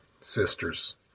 sisters